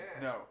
No